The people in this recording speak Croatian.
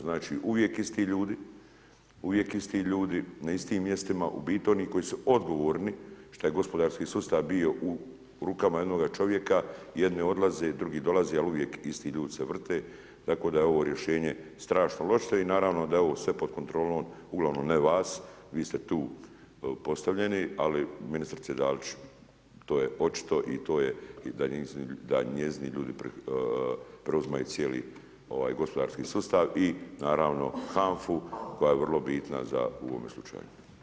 Znači uvijek isti ljudi, uvijek isti ljudi, na istim mjestima, u biti oni koji su odgovorni, što je gospodarski sustav bio u rukama jednoga čovjeka, jedni odlaze, drugi dolaze ali uvijek isti ljudi se vrte, tako da je ovo rješenje strašno loše i naravno da je ovo sve pod kontrolom, ugl. ne vas, vi ste tu postavljeni, ali , ministrici Dalić, to je očito i to je da njezini ljudi preuzimaju cijeli gospodarski sustava i naravno, HANFA-u koja je vrlo bitno u ovome slučaju.